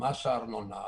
מס הארנונה,